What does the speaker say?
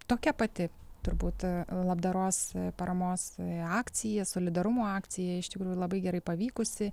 tokia pati turbūt labdaros paramos akcija solidarumo akcija iš tikrųjų labai gerai pavykusi